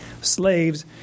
Slaves